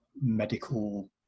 medical